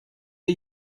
are